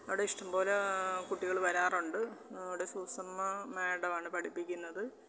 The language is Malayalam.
അവിടെ ഇഷ്ടംപോലെ കുട്ടികൾ വരാറുണ്ട് അവിടെ സൂസമ്മ മേഡമാണ് പഠിപ്പിക്കുന്നത്